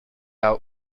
out